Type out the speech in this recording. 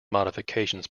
modifications